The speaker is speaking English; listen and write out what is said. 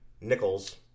nickels